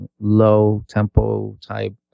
low-tempo-type